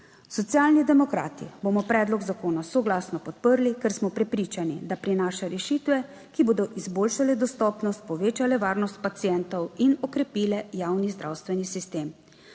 Socialni demokrati bomo predlog zakona soglasno podprli, ker smo prepričani, da prinaša rešitve, ki bodo izboljšale dostopnost, povečale varnost pacientov in okrepile javni zdravstveni sistem.